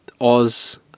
Oz